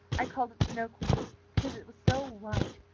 i called it snow queen because it was so white.